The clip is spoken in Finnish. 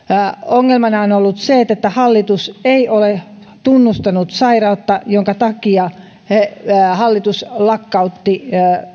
ongelmana on ollut se että hallitus ei ole tunnustanut sairautta minkä takia hallitus lakkautti